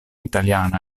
italiana